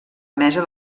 mesa